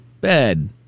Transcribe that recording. bed